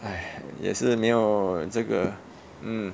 !haiya! 也是没有这个 mm